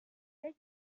peix